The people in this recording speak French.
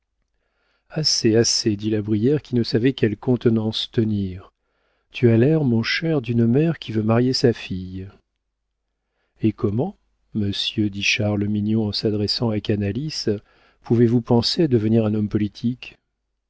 assez assez dit la brière qui ne savait quelle contenance tenir tu as l'air mon cher d'une mère qui veut marier sa fille et comment monsieur dit charles mignon en s'adressant à canalis pouvez-vous penser à devenir un homme politique